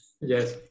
yes